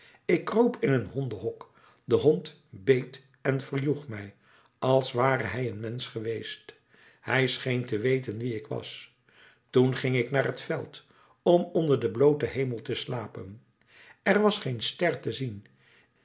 ik kroop in een hondenhok de hond beet en verjoeg mij als ware hij een mensch geweest hij scheen te weten wie ik was toen ging ik naar het veld om onder den blooten hemel te slapen er was geen ster te zien